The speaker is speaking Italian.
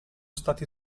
stati